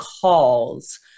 calls